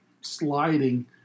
sliding –